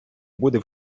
буде